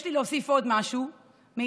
יש לי עוד משהו להוסיף,